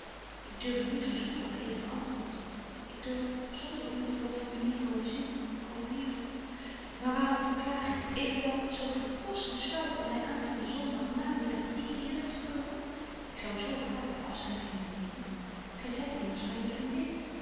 ik durf u niet verzoeken om eenig antwoord ik durf zonder uw verlof u niet komen zien ô liefde maar waar over klaag ik evenwel zo gy kost besluiten om my aanstaanden zondag na den middag die eere te gunnen ik zou zo gaarn afscheid van u nemen gy zyt immers myne vriendin